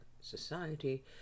society